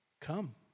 Come